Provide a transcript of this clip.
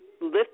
lift